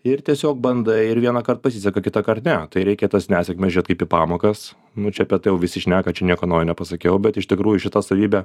ir tiesiog bandai ir vienąkart pasiseka kitąkart ne tai reikia į tas nesėkmes žiūrėt kaip į pamokas nu čia apie tai jau visi šneka čia nieko naujo nepasakiau bet iš tikrųjų šita savybė